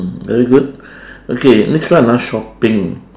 very good okay next one ah shopping